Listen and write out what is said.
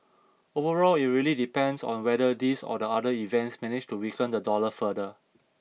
overall it really depends on whether these or other events manage to weaken the dollar further